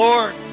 Lord